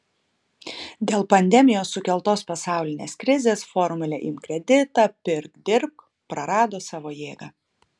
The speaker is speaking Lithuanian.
dėl pandemijos sukeltos pasaulinės krizės formulė imk kreditą pirk dirbk prarado savo jėgą